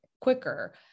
quicker